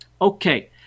Okay